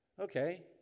Okay